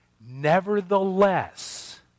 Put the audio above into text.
Nevertheless